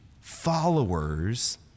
followers